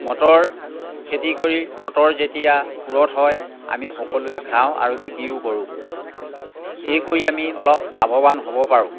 motor খেতি কৰি মটৰ যেতিয়া পূৰঠ হয় আমি সকলোৱে খাওঁ আৰু বিক্ৰীও কৰোঁ এই কৰি আমি অলপ লাভবৱান হ'ব পাৰোঁ